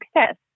success